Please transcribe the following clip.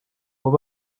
uwo